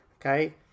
Okay